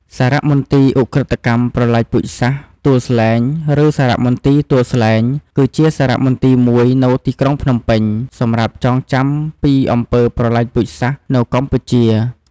សារមន្ទីរឧក្រិដ្ឋកម្មប្រល័យពូជសាសន៍ទួលស្លែង ឬសារមន្ទីរទួលស្លែង គឺជាសារមន្ទីរមួយនៅទីក្រុងភ្នំពេញ សម្រាប់ចងចាំពីអំពើប្រល័យពូជសាសន៏នៅកម្ពុជា។